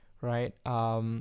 right